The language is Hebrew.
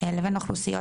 לבין אוכלוסיות